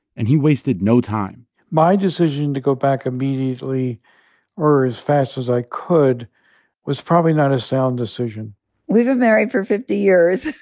and he wasted no time my decision to go back immediately or as fast as i could was probably not a sound decision we've been married for fifty years.